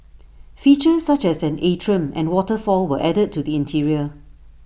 features such as an atrium and waterfall were added to the interior